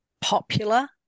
popular